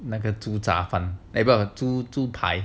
那个猪杂饭 eh 不猪排